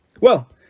Well